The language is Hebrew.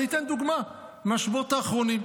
אני אתן דוגמה מהשבועות האחרונים.